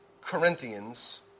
Corinthians